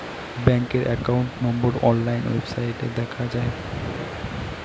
ব্যাঙ্কের একাউন্ট নম্বর অনলাইন ওয়েবসাইটে দেখা যায়